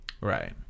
Right